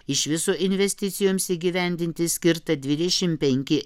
iš viso investicijoms įgyvendinti skirta dvidešimt penki